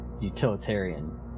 utilitarian